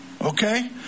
okay